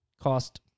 cost